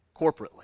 corporately